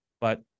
but-